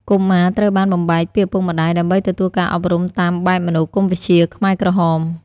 កុមារត្រូវបានបំបែកពីឪពុកម្តាយដើម្បីទទួលការអប់រំតាមបែបមនោគមវិជ្ជាខ្មែរក្រហម។